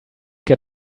get